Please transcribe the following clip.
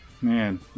man